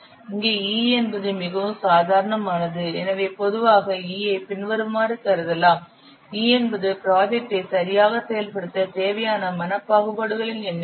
இங்கே E என்பது மிகவும் சாதாரணமானது எனவே பொதுவாக E ஐ பின்வருமாறு கருதலாம் E என்பது ப்ராஜெக்ட்டை சரியாக செயல்படுத்த தேவையான மன பாகுபாடுகளின் எண்ணிக்கை